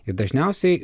ir dažniausiai